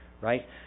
right